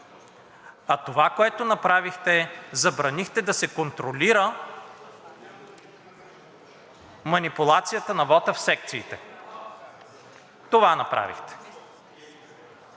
а това, което направихте – забранихте да се контролира манипулацията на вота в секциите. Това направихте.